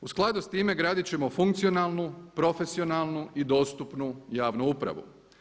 U skladu s time gradit ćemo funkcionalnu, profesionalnu i dostupnu javnu upravu.